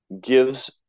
gives